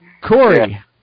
Corey